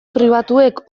pribatuek